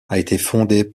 fondée